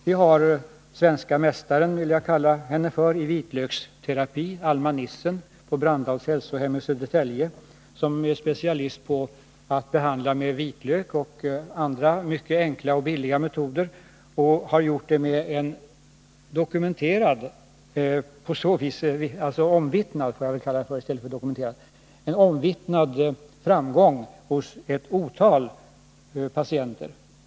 Vidare har vi den som jag vill kalla för svensk mästare i vitlöksterapi, Alma Nissen, på Brandals Hälsohem i Södertälje. Hon är specialist på behandling med vitlök och på behandling enligt andra mycket enkla och billiga metoder. Ett otal patienter har vittnat om hennes framgångar.